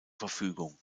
verfügung